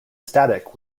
static